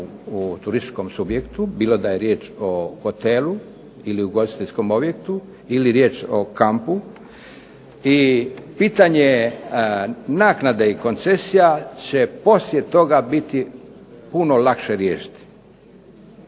u turističkom subjektu bilo da je riječ o hotelu ili ugostiteljskom objektu, ili je riječ o kampu. I pitanje je naknade i koncesija će poslije toga biti puno lakše riješiti.